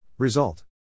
Result